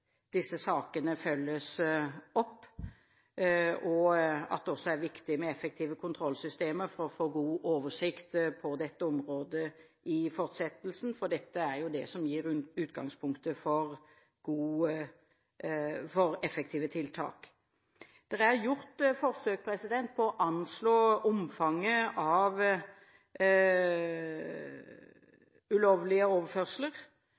disse sakene følges opp. Det er også viktig med effektive kontrollsystemer for å få god oversikt på dette området i fortsettelsen, for det er det som gir utgangspunktet for effektive tiltak. Det er gjort forsøk på å anslå omfanget av ulovlige overførsler.